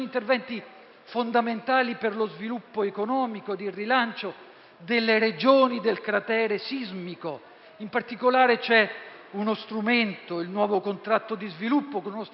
fondamentali per lo sviluppo economico e il rilancio delle Regioni del cratere sismico. In particolare c'è uno strumento, il nuovo contratto di sviluppo, con uno stanziamento